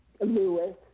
Lewis